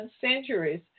centuries